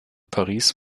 paris